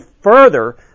further